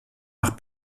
nach